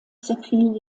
zerfiel